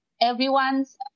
everyone's